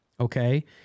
okay